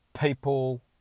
People